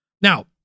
Now